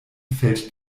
fällt